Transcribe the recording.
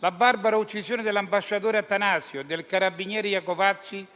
La barbara uccisione dell'ambasciatore Attanasio e del carabiniere Iacovacci